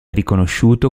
riconosciuto